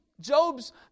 Job's